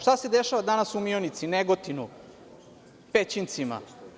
Šta se dešava danas u Mionici, Negotinu, Pećincima?